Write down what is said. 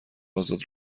آزاد